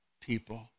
people